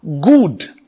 Good